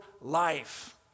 life